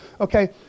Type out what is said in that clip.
okay